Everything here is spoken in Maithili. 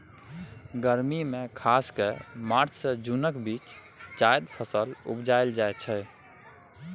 गर्मी मे खास कए मार्च सँ जुनक बीच जाएद फसल उपजाएल जाइ छै